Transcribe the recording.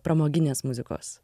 pramoginės muzikos